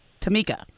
Tamika